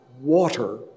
water